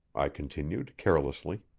i continued carelessly.